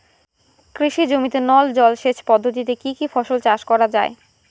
কৃষি জমিতে নল জলসেচ পদ্ধতিতে কী কী ফসল চাষ করা য়ায়?